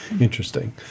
Interesting